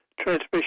transmission